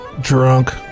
drunk